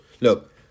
Look